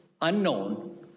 unknown